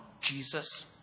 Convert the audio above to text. Jesus